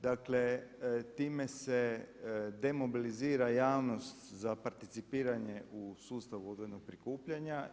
Dakle, time se demobilizira javnost za participiranje u sustavu odvojenog prikupljanja.